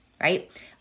Right